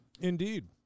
Indeed